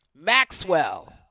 maxwell